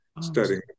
studying